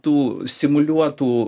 tų simuliuotų